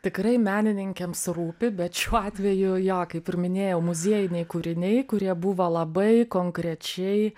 tikrai menininkėms rūpi bet šiuo atveju jo kaip ir minėjau muziejiniai kūriniai kurie buvo labai konkrečiai